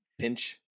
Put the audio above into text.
pinch